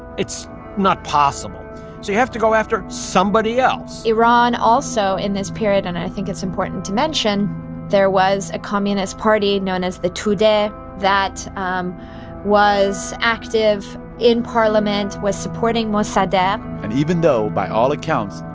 it's not possible, so you have to go after somebody else iran, also in this period and i think it's important to mention there was a communist party known as the tudeh that um was active in parliament, was supporting mossadegh and even though, by all accounts,